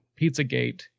Pizzagate